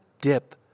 dip